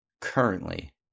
currently